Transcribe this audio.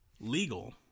legal